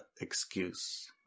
excuse